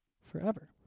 forever